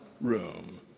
room